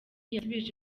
yasubije